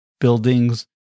buildings